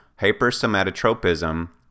hypersomatotropism